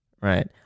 right